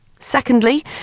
Secondly